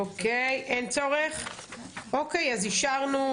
אין הסעיף אושר.